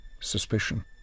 suspicion